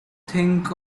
think